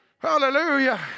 Hallelujah